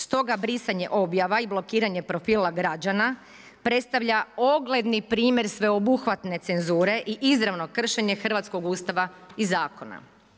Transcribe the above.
Stoga brisanje objava i blokiranje profila građana predstavlja ogledni primjer sveobuhvatne cenzure i izravno kršenje hrvatskog Ustava i Zakona.